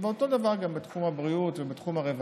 ואותו דבר גם בתחום הבריאות ובתחום הרווחה.